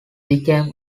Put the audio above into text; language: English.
became